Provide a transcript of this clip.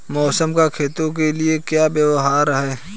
मौसम का खेतों के लिये क्या व्यवहार है?